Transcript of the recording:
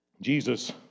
Jesus